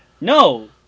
No